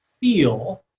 feel